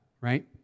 right